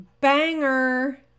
Banger